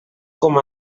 com